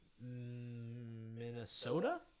Minnesota